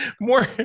more